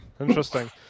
Interesting